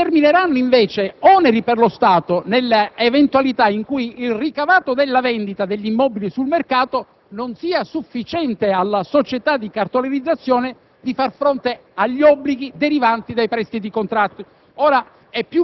Inoltre, lo stesso decreto ministeriale stabilisce che si determineranno oneri per lo Stato nell'eventualità in cui il ricavato della vendita degli immobili sul mercato non sia sufficiente alla società di cartolarizzazione